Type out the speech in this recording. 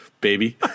baby